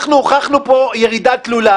אנחנו הוכחנו פה ירידה תלולה.